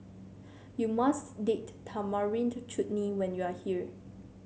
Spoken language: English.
you must Date Tamarind Chutney when you are here